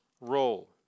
roll